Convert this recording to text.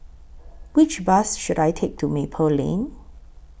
Which Bus should I Take to Maple Lane